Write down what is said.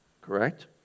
correct